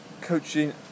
coaching